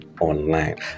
online